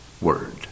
Word